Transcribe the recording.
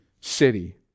city